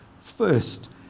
first